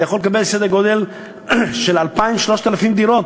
אתה יכול לקבל סדר גודל של 2,000 3,000 דירות,